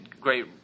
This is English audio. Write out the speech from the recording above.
great